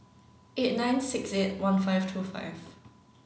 eight nine six eight one five two five